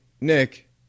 Nick